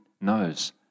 knows